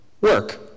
work